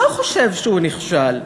לא חושב שהוא נכשל,